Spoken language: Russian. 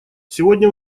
сегодня